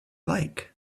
like